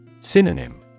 Synonym